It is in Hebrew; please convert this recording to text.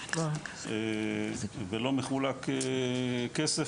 ולא מחולק כסף.